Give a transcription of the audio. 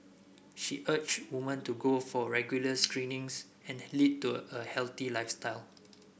she urged women to go for regular screenings and lead to a healthy lifestyle